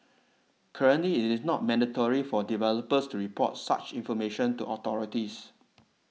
currently it is not mandatory for developers to report such information to authorities